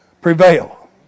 prevail